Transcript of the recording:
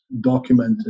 documented